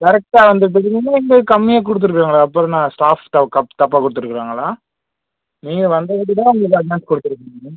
கரெக்ட்டாக வந்துகிட்ருக்கிங்க இல்லை கம்மியாக கொடுத்துருக்காங்களா அப்புறம் என்ன ஸ்டாஃப் ஸ்டாஃப்ஸ் தப்பாக கொடுத்துருக்காங்களா நீங்கள் வந்ததுக்குதா உங்களுக்கு அட்னன்ஸ் கொடுத்திருக்காங்க